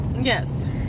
Yes